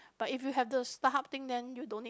but if you have the Starhub thing then you don't need